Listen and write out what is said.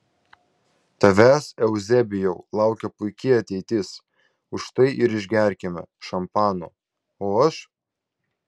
tavęs euzebijau laukia puiki ateitis už tai ir išgerkime šampano o aš